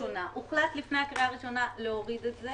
הוחלט לפני הקריאה הראשונה להוריד את זה